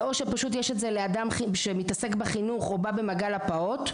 זה או שפשוט יש את זה לאדם שמתעסק בחינוך ובא במגע עם הפעוט,